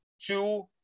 two